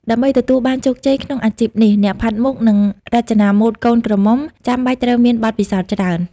ដើម្បីទទួលបានជោគជ័យក្នុងអាជីពនេះ អ្នកផាត់មុខ និងរចនាម៉ូដកូនក្រមុំចាំបាច់ត្រូវមានបទពិសោធន៍ច្រើន។